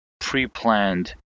pre-planned